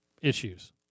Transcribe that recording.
issues